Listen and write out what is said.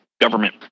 government